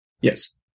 yes